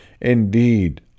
Indeed